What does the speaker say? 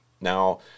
now